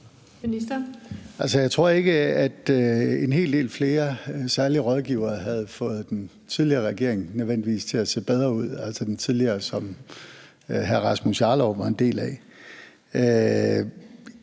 jeg tror ikke, at en hel del flere særlige rådgivere nødvendigvis havde fået den tidligere regering til at se bedre ud, altså den tidligere regering, som hr. Rasmus Jarlov var en del af.